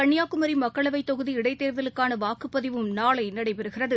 கள்னியாகுமரி மக்களவைத் தொகுதி இடைத்தேர்தலுக்கான வாக்குப்பதிவும் நாளை நடைபெறுகிறது